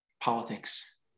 politics